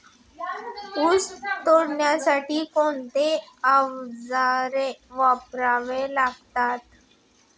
ऊस तोडणीसाठी कोणती अवजारे वापरावी लागतात?